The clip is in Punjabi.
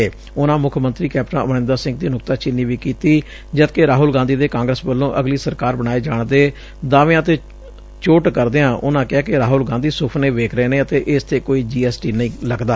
ਉਨੂਾ ਮੁੱਖ ਮੰਤਰੀ ਕੈਪਟਨ ਅਮਰਿੰਦਰ ਸਿੰਘ ਦੀ ਨੁਕਤਾ ਚੀਨੀ ਵੀ ਕੀਤੀ ਜਦਕਿ ਰਾਹੁਲ ਗਾਧੀ ਦੇ ਕਾਗਰਸ ਵਲੈਂ ਅਗਲੀ ਸਰਕਾਰ ਬਣਾਏ ਜਾਣ ਦੇ ਦਾਅਵਿਆਂ ਤੇ ਚੋਣ ਕਰਦਿਆਂ ਉਨਾਂ ਕਿਹਾ ਕਿ ਰਾਹੁਲ ਗਾਂਧੀ ਸੁਫਨੇ ਵੇਖ ਰਹੇ ਨੇ ਅਤੇ ਇਸ ਤੇ ਕੋਈ ਜੀ ਐਸ ਟੀ ਨਹੀਂ ਲਗਦਾ